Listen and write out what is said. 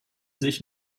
sich